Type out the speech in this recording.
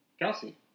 Kelsey